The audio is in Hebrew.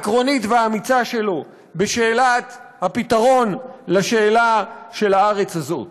העקרונית והאמיצה שלו בשאלת הפתרון לשאלה של הארץ הזאת.